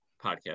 podcast